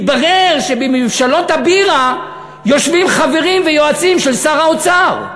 מתברר שבמבשלות הבירה יושבים חברים ויועצים של שר האוצר.